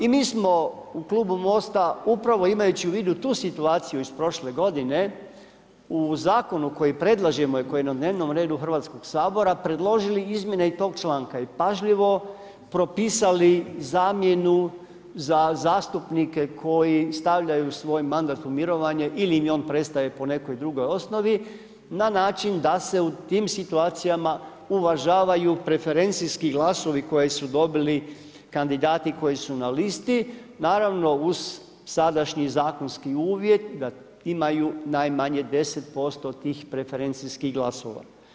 I mi smo u klubu MOST-a, upravo imajući u vidu tu situaciju iz prošle godine u zakonu koji predlažemo i koji je na dnevnom redu Hrvatskog sabora, predložili izmjene i tog članka i pažljivo propisali zamjenu za zastupnike koji stavljaju svoj mandat u mirovanje ili im on prestaje po nekoj drugoj osnovi na način da se u tim situacijama uvažavaju preferencijski glasovi koje su dobili kandidati koji su na listi, naravno uz sadašnji zakonski uvjet da imaju najmanje 10% tih preferencijskih glasova.